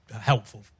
helpful